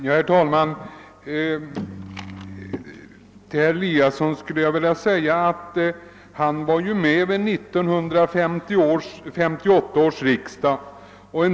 Herr talman! Herr Eliasson var med. vid 1958 års riksdag.